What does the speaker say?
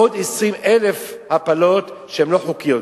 עוד 20,000 הפלות שהן לא חוקיות.